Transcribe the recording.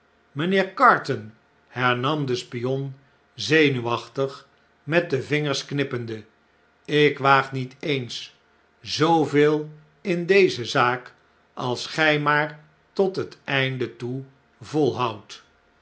mijnheer carton hernam de spion zenuwachtig met de vingers knippende ik waag niet eens zooveel in deze zaak als gjj maar tot het einde toe volhoudt